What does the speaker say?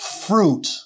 fruit